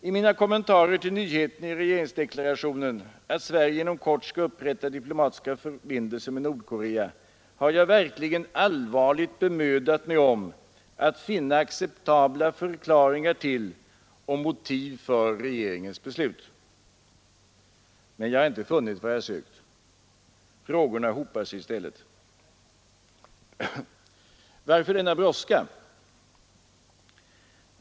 I mina kommentarer till nyheten i regeringsdeklarationen att Sverige inom kort skall upprätta diplomatiska förbindelser med Nordkorea har jag verkligen allvarligt bemödat mig om att finna acceptabla förklaringar till och motiv för regeringens beslut. Men jag har inte funnit vad jag sökt. Frågorna hopar sig i stället. Varför denna brådska?